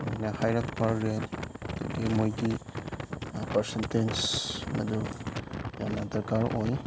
ꯃꯣꯏꯅ ꯍꯥꯏꯔꯛꯄ ꯔꯦꯠ ꯑꯗꯒꯤ ꯃꯣꯏꯒꯤ ꯄꯔꯁꯦꯟꯇꯦꯖ ꯃꯗꯨ ꯌꯥꯝꯅ ꯗꯔꯀꯥꯔ ꯑꯣꯏ